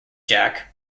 jack